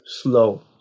slow